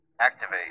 Activate